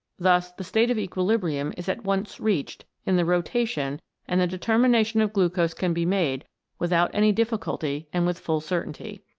thus the state of equilibrium is at once reached in the rotation and the determinations of glucose can be made without any difficulty and with full certainty.